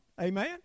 Amen